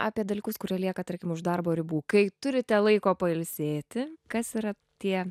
apie dalykus kurie lieka tarkim už darbo ribų kai turite laiko pailsėti kas yra tie